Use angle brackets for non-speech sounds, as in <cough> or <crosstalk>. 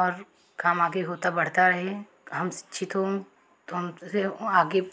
और काम आगे होता बढ़ता रहे हम <unintelligible> आगे